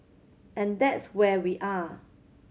and that's where we are